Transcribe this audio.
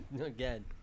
Again